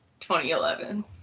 2011